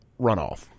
runoff